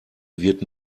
wird